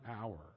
hour